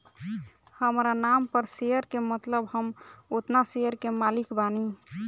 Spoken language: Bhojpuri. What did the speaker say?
हामरा नाम पर शेयर के मतलब हम ओतना शेयर के मालिक बानी